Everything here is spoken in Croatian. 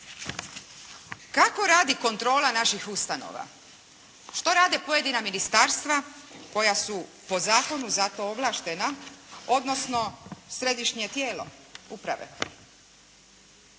Kako radi kontrola naših ustanova? Što rade pojedina ministarstva koja su po zakonu za to ovlaštena odnosno Središnje tijelo uprave.